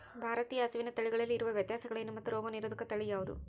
ಭಾರತೇಯ ಹಸುವಿನ ತಳಿಗಳಲ್ಲಿ ಇರುವ ವ್ಯತ್ಯಾಸಗಳೇನು ಮತ್ತು ರೋಗನಿರೋಧಕ ತಳಿ ಯಾವುದು?